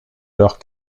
leur